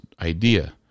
idea